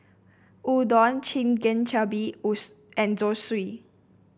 Udon Chigenabe and Zosui